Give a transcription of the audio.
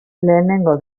lehenengo